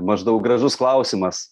maždaug gražus klausimas